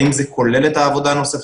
האם זה כולל את העבודה הנוספת,